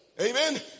Amen